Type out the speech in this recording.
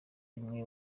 imwe